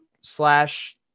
slash